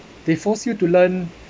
they forced you to learn